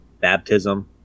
Baptism